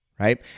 Right